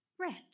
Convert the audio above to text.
Red